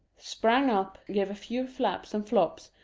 sprang up, gave a few flaps and flops,